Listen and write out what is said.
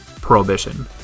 prohibition